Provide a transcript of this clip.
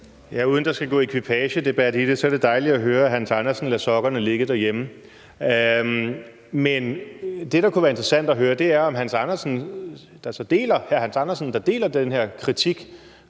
Uden at der skal gå ekviperingsdebat i det, er det dejligt at høre, at hr. Hans Andersen lader sokkerne ligge derhjemme. Men det, der kunne være interessant at høre, er jo, om hr. Hans Andersen, der deler den her kritik